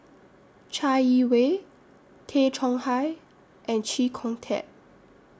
Chai Yee Wei Tay Chong Hai and Chee Kong Tet